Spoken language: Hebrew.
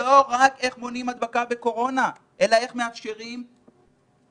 לא רק איך מונעים הדבקה בקורונה אלא איך מאפשרים חברה.